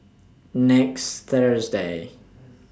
next Thursday